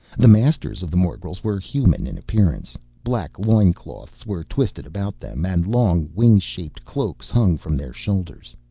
the masters of the morgels were human in appearance. black loin cloths were twisted about them and long, wing-shaped cloaks hung from their shoulders.